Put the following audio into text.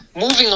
moving